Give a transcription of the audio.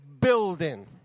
building